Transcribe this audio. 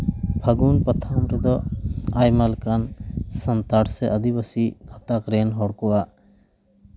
ᱯᱷᱟᱹᱜᱩᱱ ᱯᱟᱛᱷᱟᱢ ᱨᱮᱫᱚ ᱟᱭᱢᱟ ᱞᱮᱠᱟᱱ ᱥᱟᱱᱛᱟᱲ ᱥᱮ ᱟᱹᱫᱤᱵᱟᱹᱥᱤ ᱜᱟᱛᱟᱠ ᱨᱮᱱ ᱦᱚᱲ ᱠᱚᱣᱟᱜ